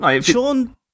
Sean